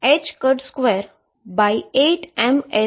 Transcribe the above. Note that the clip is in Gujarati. જે a22mω છે